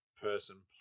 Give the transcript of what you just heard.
person